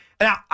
Now